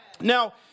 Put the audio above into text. Now